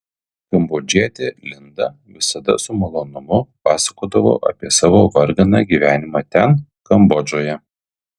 kambodžietė linda visada su malonumu pasakodavo apie savo varganą gyvenimą ten kambodžoje